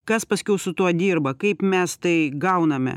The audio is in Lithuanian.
kas paskiau su tuo dirba kaip mes tai gauname